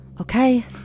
okay